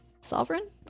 Sovereign